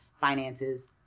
finances